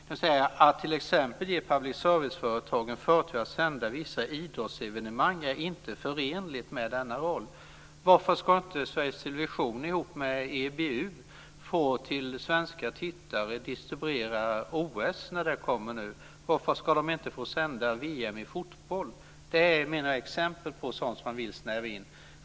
Där står det: "Att t.ex. ge public service-företagen förtur att sända vissa idrottsevenemang är inte förenligt med denna roll." Varför ska inte Sveriges Television tillsammans med EBU få distribuera OS till svenska tittare? Varför ska de inte få sända VM i fotboll? Jag menar att det är exempel på att man vill snäva in.